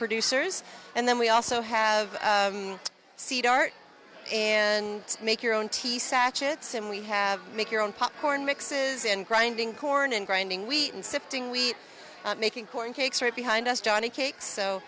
producers and then we also have seed art and make your own tea satch it since we have make your own popcorn mixes and grinding corn and grinding wheat and sifting we making corn cakes right behind us johnny cakes so